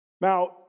Now